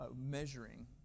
measuring